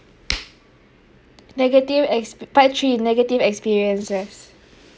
negative exper~ part three negative experiences